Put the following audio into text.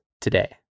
today